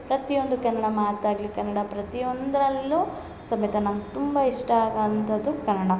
ಪ್ರತಿಯೊಂದು ಕನ್ನಡ ಮಾತಾಗಲಿ ಕನ್ನಡ ಪ್ರತಿಯೊಂದರಲ್ಲೂ ಸಮೇತ ನಂಗೆ ತುಂಬಾ ಇಷ್ಟ ಆಗೊವಂಥದ್ದು ಕನ್ನಡ